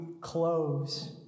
close